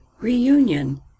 reunion